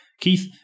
Keith